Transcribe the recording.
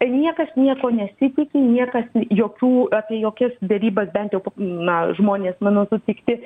niekas nieko nesitiki niekas jokių apie jokias derybas bent jau na žmonės mano sutikti